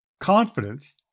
Confidence